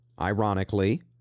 Ironically